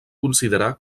considerar